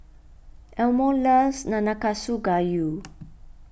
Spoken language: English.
Elmo loves Nanakusa Gayu